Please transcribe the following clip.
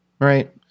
right